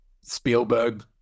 Spielberg